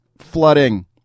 Flooding